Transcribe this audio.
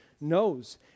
knows